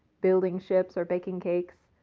building ships, or baking cakes.